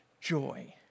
joy